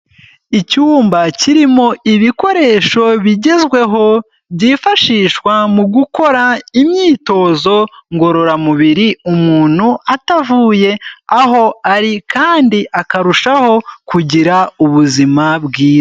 Icyumba kirimo ibikoresho bigezweho, byifashishwa mu gukora imyitozo ngororamubiri, umuntu atavuye aho ari kandi akarushaho kugira ubuzima bwiza.